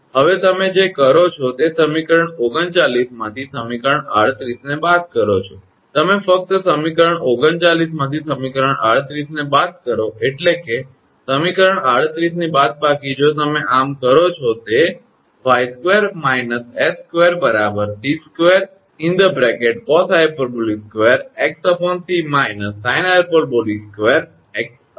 હવે તમે જે કરો છો તે સમીકરણ 39 માંથી સમીકરણ 38 ને બાદ કરો છો તમે ફકત સમીકરણ 39 માંથી સમીકરણ 38 ને બાદ કરો એટલે કે સમીકરણ 38 ની બાદબાકી જો તમે આમ કરો છો તો તે 𝑦2 − 𝑠2 𝑐2 cosh2𝑥𝑐 − sinh2𝑥𝑐 થશે